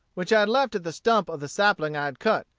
which i had left at the stump of the sapling i had cut,